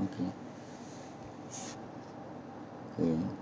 okay mm